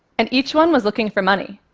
and each one was looking for money.